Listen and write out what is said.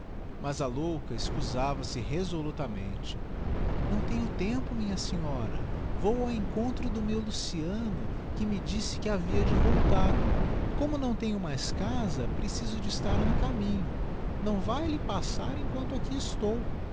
mas a louca escusava se resolutamente não tenho tempo minha senhora vou ao encontro do meu luciano que me disse que havia de voltar como não tenho mais casa preciso de estar no caminho não vá elle passar emquanto aqui estou